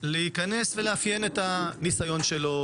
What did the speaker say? יוכל להיכנס ולאפיין את הניסיון שלו,